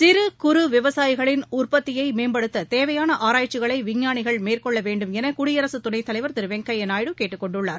சிறு குறு விவசாயிகளின் உறுபத்தியை மேம்படுத்த தேவையான ஆராய்ச்சிகளை விஞ்ஞானிகள் மேற்கொள்ள வேண்டுமௌ குடியரசு துணைத்தலைவர் திரு வெங்கய்யா நாயுடு கேட்டுக் கொண்டுள்ளார்